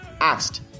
asked